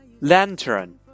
Lantern